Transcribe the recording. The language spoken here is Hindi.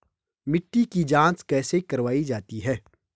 मिट्टी की जाँच कैसे करवायी जाती है?